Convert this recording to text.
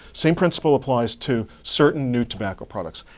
same principle applies to certain new tobacco products.